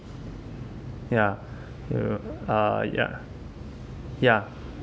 ya you uh ya ya